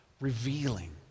revealing